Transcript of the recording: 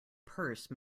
purse